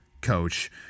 coach